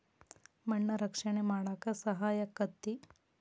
ಮಣ್ಣ ರಕ್ಷಣೆ ಮಾಡಾಕ ಸಹಾಯಕ್ಕತಿ